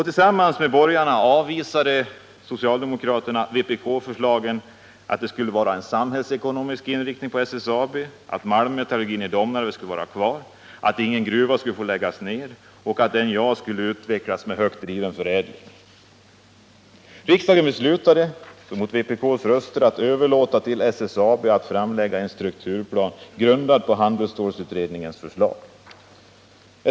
Tillsammans med borgarna avvisade socialdemokraterna vpk-förslagen att det skulle vara en samhällsekonomisk inriktning på SSAB, att malmmetallurgin i Domnarvet skulle vara kvar, att ingen gruva skulle få läggas ned och att NJA skulle utvecklas med högt driven förädling. Riksdagen beslutade, mot vpk:s röster, att överlåta till SSAB att framlägga en strukturplan grundad på handelsstålsutredningens förslag.